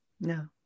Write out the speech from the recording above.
No